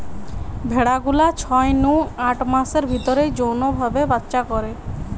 ভেড়া গুলা ছয় নু আট মাসের ভিতরেই যৌন ভাবে বাচ্চা করে